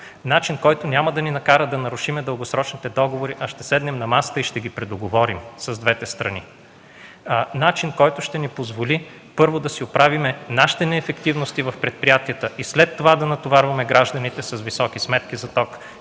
Начин, който няма да ни накара да нарушим дългосрочните договори, а ще седнем на масата и ще ги предоговорим с двете страни. Начин, който ще ни позволи първо да си оправим нашите неефективности в предприятията и след това да натоварваме гражданите с високи сметки за ток